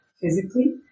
physically